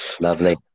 Lovely